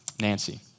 Nancy